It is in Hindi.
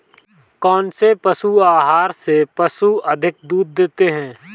कौनसे पशु आहार से पशु अधिक दूध देते हैं?